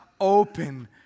open